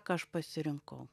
ką aš pasirinkau